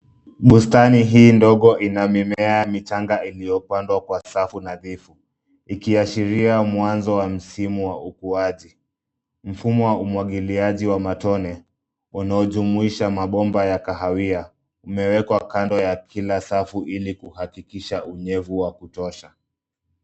Bustani hii ndogo ina mimea michanga iliyopandwa kwa safu nadhifu ikiashiria mwanzo wa msimu wa ukuaji. Mfumo wa umwagiliaji wa matone wanaojumuisha mabomba ya kahawia umewekwa kando ya kila safu ili kuhakikisha unyevu wa kutosha.